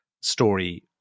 story